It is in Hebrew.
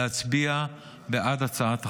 להצביע בעד הצעת החוק.